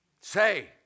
say